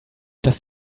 dass